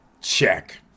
check